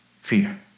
fear